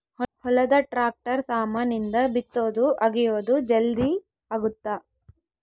ಹೊಲದ ಟ್ರಾಕ್ಟರ್ ಸಾಮಾನ್ ಇಂದ ಬಿತ್ತೊದು ಅಗಿಯೋದು ಜಲ್ದೀ ಅಗುತ್ತ